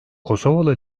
kosovalı